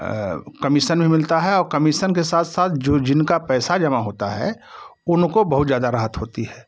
commission भी मिलता है और कमीसन के साथ साथ जो जिनका पैसा जमा होता है उनको बहुत ज़्यादा राहत होती है